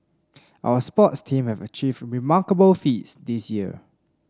our sports team have achieved remarkable feats this year